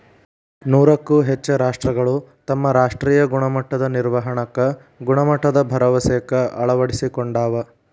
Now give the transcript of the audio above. ನೂರಕ್ಕೂ ಹೆಚ್ಚ ರಾಷ್ಟ್ರಗಳು ತಮ್ಮ ರಾಷ್ಟ್ರೇಯ ಗುಣಮಟ್ಟದ ನಿರ್ವಹಣಾಕ್ಕ ಗುಣಮಟ್ಟದ ಭರವಸೆಕ್ಕ ಅಳವಡಿಸಿಕೊಂಡಾವ